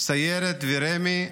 סיירת ורמ"י,